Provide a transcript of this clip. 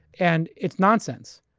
and it's nonsense.